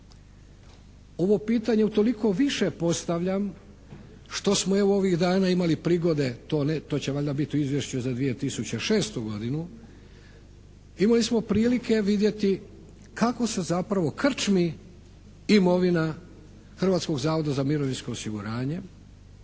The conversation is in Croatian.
Ovo pitanje utoliko više postavljam što smo i ovih dana imali prigode, to će valjda biti u izvješću za 2006. godinu, imali smo prilike vidjeti kako se zapravo krčmi imovina Hrvatskog zavoda za mirovinsko osiguranje,